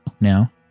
now